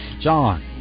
John